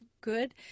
good